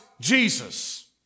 Jesus